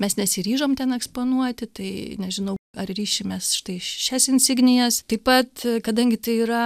mes nesiryžom ten eksponuoti tai nežinau ar ryšimės štai šias insignijas taip pat kadangi tai yra